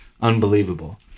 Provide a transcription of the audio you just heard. unbelievable